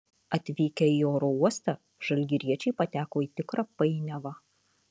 atvykę į oro uostą žalgiriečiai pateko į tikrą painiavą